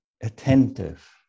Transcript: attentive